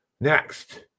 Next